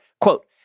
Quote